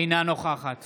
אינה נוכחת